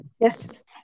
Yes